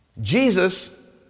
Jesus